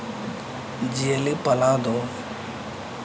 ᱡᱤᱭᱟᱹᱞᱤ ᱯᱟᱞᱟᱣ ᱫᱚ